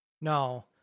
No